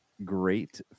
great